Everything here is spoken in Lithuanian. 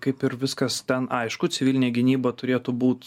kaip ir viskas ten aišku civilinė gynyba turėtų būt